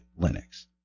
Linux